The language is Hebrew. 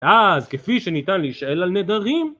אה, אז כפי שניתן להישאל על נדרים